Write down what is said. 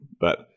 but-